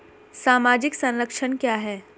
सामाजिक संरक्षण क्या है?